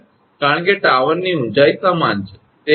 કારણ કે ટાવરની ઊંચાઈ સમાન છે